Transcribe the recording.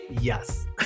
yes